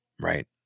right